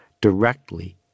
directly